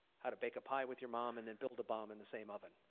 how to bake a pie with your mom and then build a bomb in the same oven.